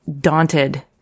daunted